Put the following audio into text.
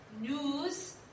News